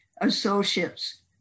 associates